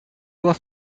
was